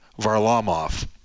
Varlamov